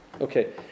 Okay